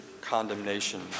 condemnation